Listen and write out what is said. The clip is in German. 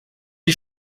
die